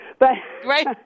Right